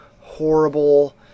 horrible